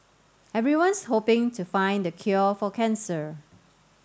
everyone's hoping to find the cure for cancer